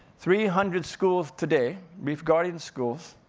three hundred schools today, reef guardian schools.